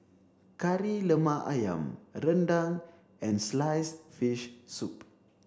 Kari Lemak Ayam Rendang and sliced fish soup